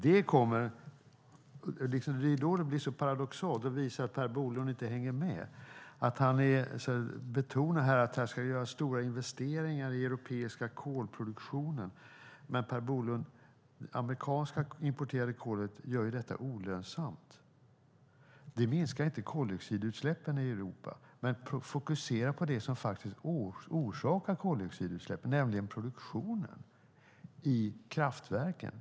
Det är detta som blir paradoxalt. Det visar att Per Bolund inte hänger med när han betonar att det ska göras stora investeringar i den europeiska kolproduktionen. Men, Per Bolund, det amerikanska importerade kolet gör detta olönsamt. Det minskar inte koldioxidutsläppen i Europa. Fokusera på det som faktiskt orsakar koldioxidutsläppen, nämligen produktionen i kraftverken!